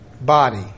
body